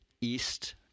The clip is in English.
east